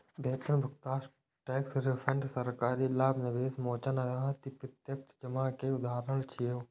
वेतन भुगतान, tax refund, सरकारी लाभ, निवेश मोचन आदि प्रत्यक्ष जमा के उदाहरण छियै